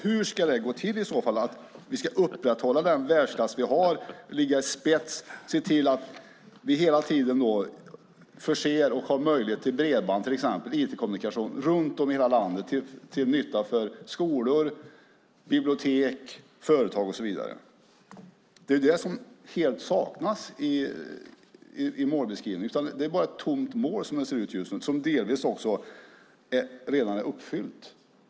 Hur ska det gå till att upprätthålla den världsklass som vi har och ligga i spetsen och se till att vi hela tiden förser landet med bredband och har möjlighet till IT-kommunikation i hela landet till nytta för skolor, bibliotek, företag och så vidare. Det är det som helt saknas i målbeskrivningen. Det är bara ett tomt mål som det ser ut just nu. Delvis är det redan uppfyllt.